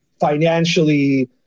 financially